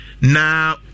now